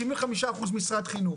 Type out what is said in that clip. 65% משרד חינוך,